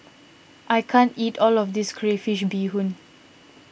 I can't eat all of this Crayfish BeeHoon